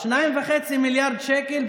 2.5 מיליארד שקל,